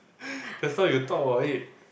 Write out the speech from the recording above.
just now you talk about it